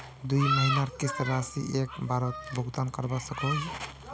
दुई महीनार किस्त राशि एक बारोत भुगतान करवा सकोहो ही?